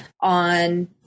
on